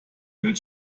will